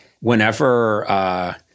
whenever –